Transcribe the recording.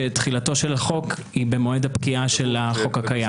שתחילתו של החוק היא במועד הפקיעה של החוק הקיים.